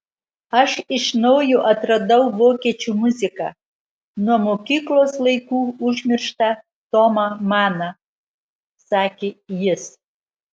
aš iš naujo atradau vokiečių muziką nuo mokyklos laikų užmirštą tomą maną sakė jis